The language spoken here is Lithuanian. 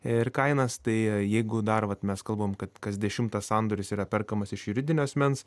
ir kainas tai jeigu dar vat mes kalbam kad kas dešimtas sandoris yra perkamas iš juridinio asmens